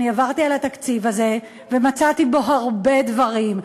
אני עברתי על התקציב הזה ומצאתי בו הרבה דברים,